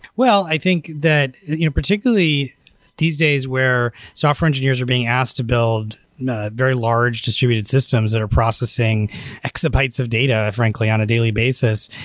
well, i think you know particularly these days where software engineers are being asked to build very large distributed systems that are processing x-bytes of data, frankly, on a daily basis,